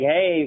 Hey